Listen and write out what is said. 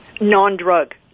Non-drug